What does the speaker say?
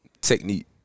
technique